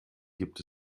gibt